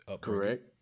Correct